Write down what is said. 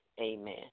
amen